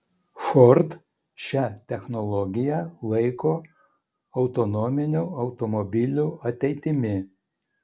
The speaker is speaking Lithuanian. ford šią technologiją laiko autonominių automobilių ateitimi